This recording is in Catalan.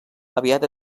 aviat